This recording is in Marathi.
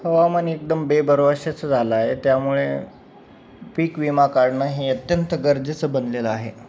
हवामान एकदम बेभरवशाचं झालं आहे त्यामुळे पीक विमा काढणं हे अत्यंत गरजेचं बनलेलं आहे